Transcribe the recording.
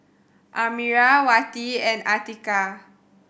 Amirah Wati and Atiqah